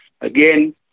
again